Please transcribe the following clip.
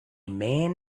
man